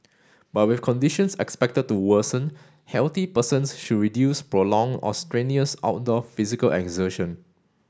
but with conditions expected to worsen healthy persons should reduce prolonged or strenuous outdoor physical exertion